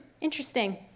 interesting